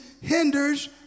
hinders